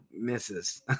misses